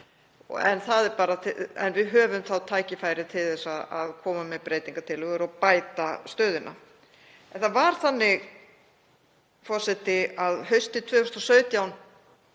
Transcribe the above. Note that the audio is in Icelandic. En við höfum þá tækifæri til að koma með breytingartillögur og bæta stöðuna. Það var þannig, forseti, að haustið 2017